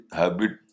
habit